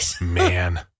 Man